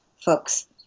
folks